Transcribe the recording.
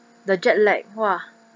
the jet lag !wah!